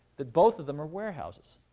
that both of them are warehouses.